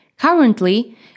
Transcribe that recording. Currently